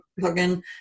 plugin